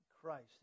Christ